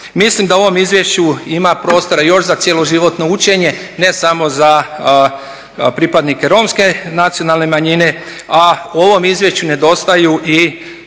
Mislim da u ovom izvješću ima prostora još za cjeloživotno učenje, ne samo za pripadnike romske nacionalne manjine, a u ovom izvješću nedostaju i